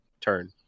turn